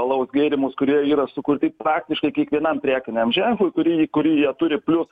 alaus gėrimus kurie yra sukurti praktiškai kiekvienam prekiniam ženklui kurį kurį jie turi plius